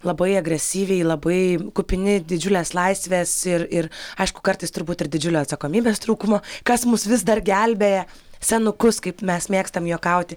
labai agresyviai labai kupini didžiulės laisvės ir ir aišku kartais turbūt ir didžiulio atsakomybės trūkumo kas mus vis dar gelbėja senukus kaip mes mėgstam juokauti